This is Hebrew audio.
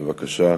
בבקשה.